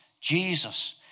Jesus